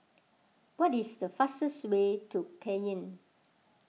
what is the fastest way to Cayenne